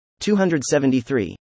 273